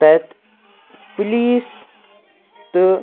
تَتہِ پُلیٖس تہٕ